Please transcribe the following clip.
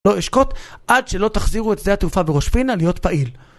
לא אשקוט עד שלא תחזירו את שדה התעופה בראש פינה להיות פעיל